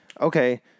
okay